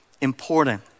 important